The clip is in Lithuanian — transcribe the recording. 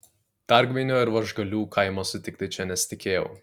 dargvainio iš varžgalių kaimo sutikti čia nesitikėjau